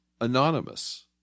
Anonymous